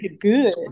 good